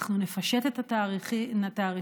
אנחנו נפשט את התעריפים,